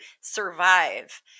survive